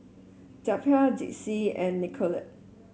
Zelpha Dixie and Nicolette